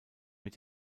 mit